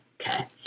Okay